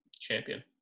Champion